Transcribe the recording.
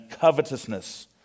covetousness